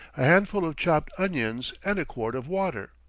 a handful of chopped onions and a quart of water.